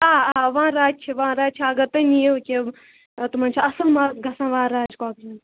آ آ وَن راج چھِ وَن راج چھِ اگر تُہۍ نیٖوہُکھ یِم تِمَن چھِ اَصٕل مَزٕ گژھان وَن راجہِ کۄکرَن